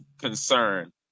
concern